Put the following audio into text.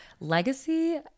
legacy